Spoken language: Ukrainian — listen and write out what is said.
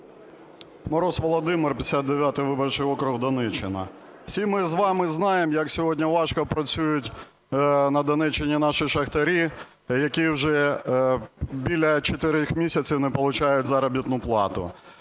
Мороз Володимир, 59 виборчий округ, Донеччина. Всі ми з вами знаємо, як сьогодні важко працюють на Донеччині наші шахтарі, які вже біля чотирьох місяців не отримують заробітну плату.